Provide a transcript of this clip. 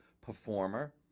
performer